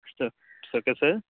اچھا it's okay sir